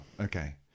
Okay